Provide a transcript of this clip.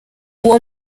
uwo